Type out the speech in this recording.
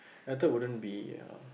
I thought it wouldn't be uh